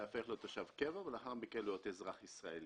הוא צריך להיהפך לתושב קבע ולאחר מכן להיות אזרח ישראלי.